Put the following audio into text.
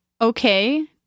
okay